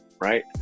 right